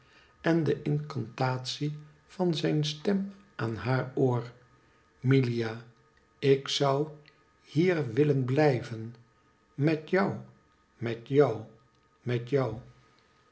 en de incantatie van zijn stem aan haar oor milia ikzou hier willen blijven metjou metjou metjou zij